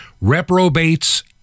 Reprobates